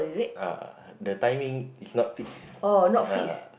ah the timing is not fixed